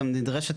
גם נדרשת,